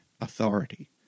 authority